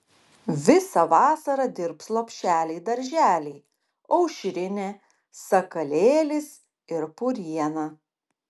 visą vasarą dirbs lopšeliai darželiai aušrinė sakalėlis ir puriena